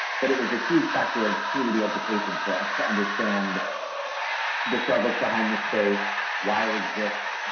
but it was a huge factor of community education for us to understand the struggles behind this space, why it exists,